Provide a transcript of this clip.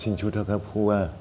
थिनस' थाखा फवा